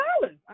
dollars